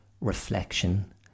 reflection